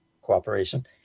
cooperation